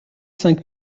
cinq